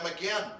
again